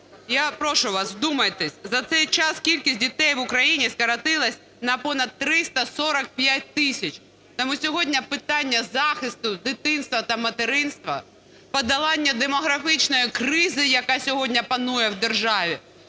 Я прошу вас, вдумайтеся, за цей час кількість дітей в Україні скоротилося на понад 345 тисяч. Тому сьогодні питання захисту дитинства та материнства, подолання демографічної кризи, яка сьогодні панує в державі,